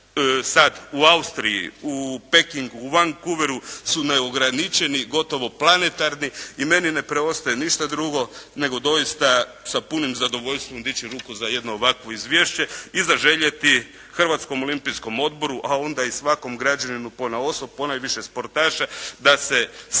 sad u Austriji, u Pekingu, u Vankuveru su neograničeni gotovo planetarni. I meni ne preostaje ništa drugo nego doista sa punim zadovoljstvom dići ruku za jedno ovakvo izvješće i zaželjeti Hrvatskom olimpijskom odboru a onda i svakom građaninu ponaosob ponajviše sportaša da se sa